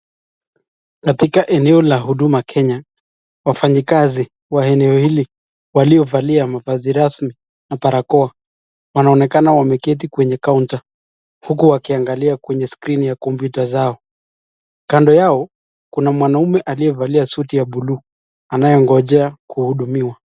Katika eneo la huduma kenya wafanyakazi wa eneo hili waliovalia mavazi rasmi na barakoa wanaonekana wameketi kwenye kaunta huku wakiangalia kwenye skrini ya kompyuta zao, kando yao kuna mwanaume aliyevalia suti ya buluu anayengonjea kuhudumiwa.